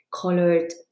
colored